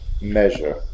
measure